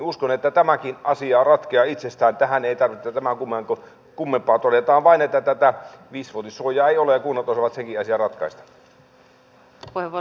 uskon että tämäkin asia ratkeaa itsestään tähän ei tarvitse tämän kummempaa kuin että todetaan vain että tätä viisivuotissuojaa ei ole ja kunnat osaavat senkin asian ratkaista